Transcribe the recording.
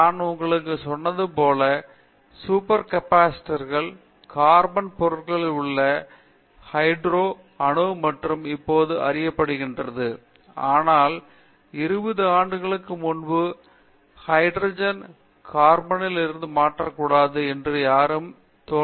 நான் உங்களுக்கு சொன்னது போல சூப்பர் கேப்சிட்டோர் கள் கார்பன் பொருட்களில் உள்ள ஹீடெரோ அணு மாற்று இப்போது அறியப்படுகிறது ஆனால் நாங்கள் 20 ஆண்டுகளுக்கு முன்பு ஆரம்பித்தபோது நைட்ரஜன் கார்பனில் மாற்றப்படக்கூடாது என்று யாரும் நினைத்ததில்லை